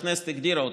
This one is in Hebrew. שהכנסת הגדירה אותן,